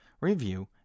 review